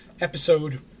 episode